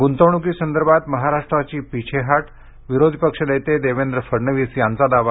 ग्रंतवणुकीसंदर्भात महाराष्ट्राची पिछेहाट विरोधी पक्षनेते देवेंद्र फडणवीस यांचा दावा